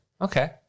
Okay